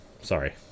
sorry